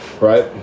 Right